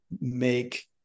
make